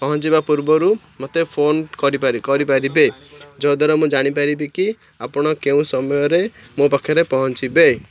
ପହଞ୍ଚିବା ପୂର୍ବରୁ ମତେ ଫୋନ୍ କରିପାରିବେ ଯାଦ୍ୱାରା ମୁଁ ଜାଣିପାରିବି କି ଆପଣ କେଉଁ ସମୟରେ ମୋ ପାଖରେ ପହଞ୍ଚିବେ